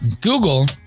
Google